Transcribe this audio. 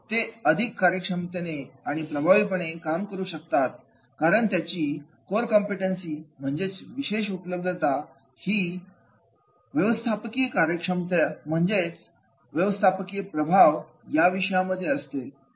ते अधिक कार्यक्षमतेने आणि प्रभावीपणे काम करू शकतात कारण त्यांची कोर कॉम्पिटन्सी म्हणजेच विशेष उपलब्धता ही मनेजरियल इफेक्टिवेनेस Managerial effectiveness म्हणजेच व्यवस्थापकीय प्रभाव या विषयांमध्ये असते